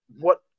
What-